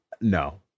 no